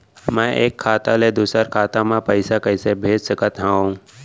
मैं एक खाता ले दूसर खाता मा पइसा कइसे भेज सकत हओं?